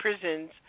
prisons